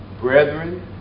brethren